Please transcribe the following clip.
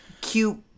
cute